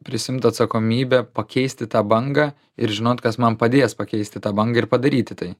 prisiimt atsakomybę pakeisti tą bangą ir žinot kas man padės pakeisti tą bangą ir padaryti tai